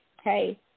hey